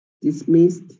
dismissed